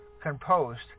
composed